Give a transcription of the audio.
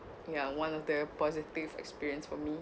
ya one of the positive experience for me